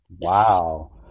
wow